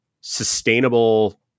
sustainable